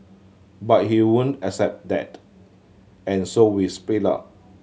but he wouldn't accept that and so we split up